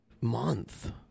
month